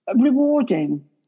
rewarding